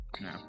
no